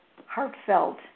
heartfelt